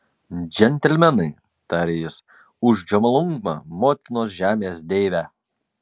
džentelmenai tarė jis už džomolungmą motinos žemės deivę